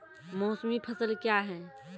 मौसमी फसल क्या हैं?